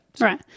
Right